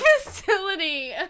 facility